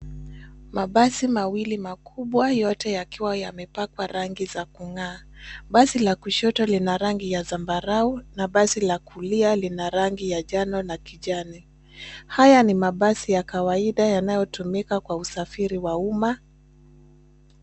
Mabasi mawili makubwa yote yakiwa yamepakwa rangi yakungaa, basi la kushoto ina rangi ya sambarau na basi la kulia rangi ya jano na kijani, haya ni mabasi ya kawaida yanayotumika kwa usafiri wa umma.